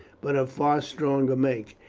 but of far stronger make,